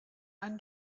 einen